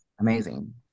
amazing